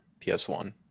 PS1